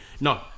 No